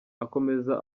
akomeza